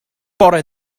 bore